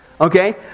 Okay